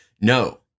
no